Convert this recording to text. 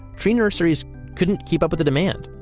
tree nurseries couldn't keep up with the demand.